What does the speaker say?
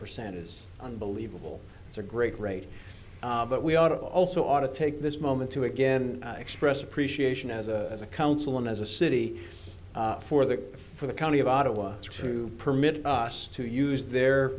percent is unbelievable it's a great rate but we ought to also ought to take this moment to again express appreciation as a as a council and as a city for the for the county of ottawa to permit us to use their